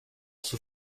sous